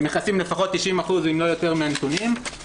הם מכסים לפחות 90%, אם לא יותר, מהנתונים.